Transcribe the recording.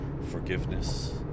forgiveness